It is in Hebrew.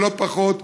ולא פחות,